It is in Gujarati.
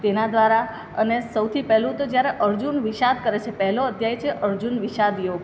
તેના દ્વારા અને સૌથી પહેલું તો જ્યારે અર્જુન વિષાદ કરે છે પહેલો અધ્યાય છે અર્જુન વિષાદયોગ